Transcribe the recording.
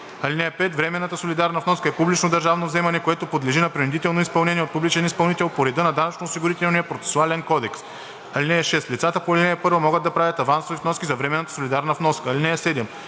(5) Временната солидарна вноска е публично държавно вземане, което подлежи на принудително изпълнение от публичен изпълнител по реда на Данъчно-осигурителния процесуален кодекс. (6) Лицата по ал. 1 могат да правят авансови вноски за временната солидарна вноска. (7)